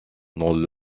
dans